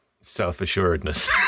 self-assuredness